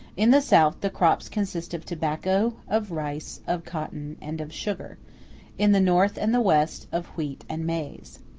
in the south the crops consist of tobacco, of rice, of cotton, and of sugar in the north and the west, of wheat and maize.